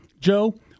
Joe